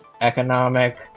economic